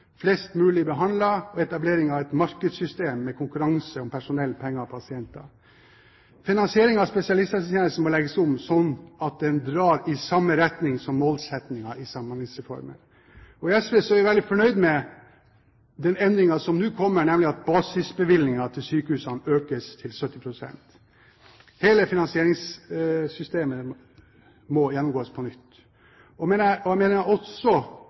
flest mulig behandlede og etablering av et markedssystem med konkurranse om personell, penger og pasienter. Finansieringen av spesialisthelsetjenesten må legges om slik at den drar i samme retning som målsettingen i Samhandlingsreformen. I SV er vi veldig fornøyd med den endringen som nå kommer, nemlig at basisbevilgningen til sykehusene økes til 70 pst. Hele finansieringssystemet må gjennomgås på nytt. Jeg mener også